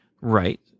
Right